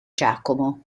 giacomo